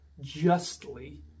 justly